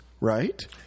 right